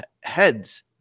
heads